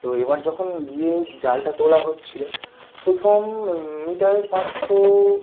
তো এবার যখন গিয়ে জালটা তোলা হচ্ছিলো পোথম মিটার পাঁচশো